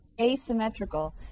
asymmetrical